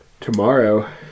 Tomorrow